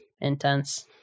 intense